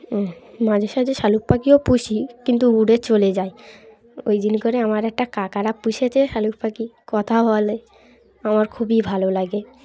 মাঝে সাঝে শালিক পাখিও পুষি কিন্তু উড়ে চলে যায় ওই জন্য করে আমার একটা কাকারা পুষেছে শালিক পাখি কথা বলে আমার খুবই ভালো লাগে